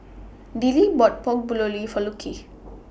Dillie bought Pork For Luki